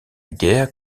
guerre